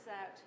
out